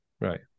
Right